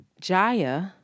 Jaya